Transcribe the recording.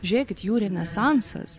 žiūrėkit jų renesansas